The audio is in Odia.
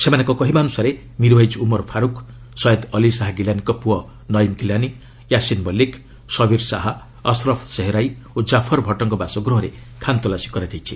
ସେମାନଙ୍କ କହିବା ଅନୁସାରେ ମିର୍ୱାଇକ୍ ଉମର ଫାରୁକ୍ ସୟେଦ୍ ଅଲ୍ଲୀ ଶାହା ଗିଲାନୀଙ୍କ ପୁଅ ନୟିମ୍ ଗିଲାନୀ ୟାସିନ୍ ମଲ୍ଲିକ ଶବିର ଶାହା ଆଶ୍ରଫ୍ ସେହରାଇ ଓ ଜାଫର ଭଟ୍ଟଙ୍କ ବାସଗୃହରେ ଖାନତଲାସି କରାଯାଇଛି